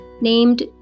named